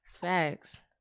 facts